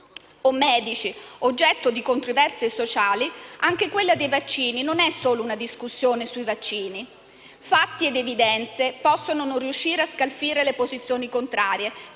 o medici oggetto di controversie sociali, anche quella dei vaccini non è solo una discussione sui vaccini. Fatti ed evidenze possono non riuscire a scalfire le posizioni contrarie,